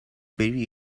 bury